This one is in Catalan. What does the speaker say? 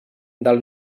del